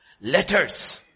letters